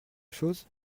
chose